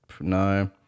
No